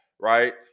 Right